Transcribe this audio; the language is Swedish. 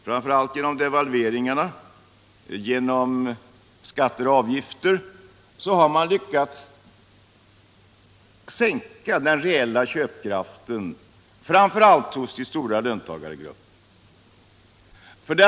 Framför allt genom devalveringarna, genom skauer och avgifter har man lyckats sänka den reella köpkraften. i första hand hos de stora löntagargrupperna.